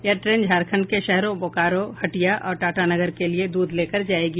यह ट्रेन झारखंड के शहरों बोकारो हटिया और टाटानगर के लिए दूध लेकर जायेगी